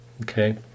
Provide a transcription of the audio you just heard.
Okay